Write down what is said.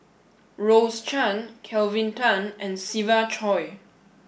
Rose Chan Kelvin Tan and Siva Choy